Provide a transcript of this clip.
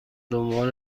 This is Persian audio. دنبال